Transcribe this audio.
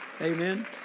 Amen